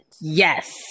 yes